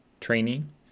training